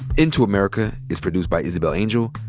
into america is produced by isabel angel,